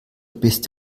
bist